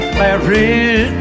married